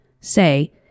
say